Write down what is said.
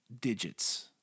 digits